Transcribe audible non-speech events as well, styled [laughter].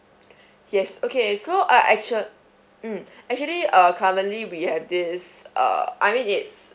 [breath] yes okay so uh actua~ mm actually uh currently we have this uh I mean it's